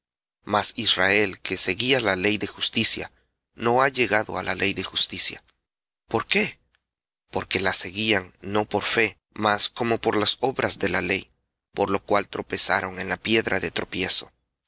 mas israel que seguía la ley de justicia no ha llegado á la ley de justicia por qué porque no por fe mas como por las obras de la ley por lo cual tropezaron en la piedra de tropiezo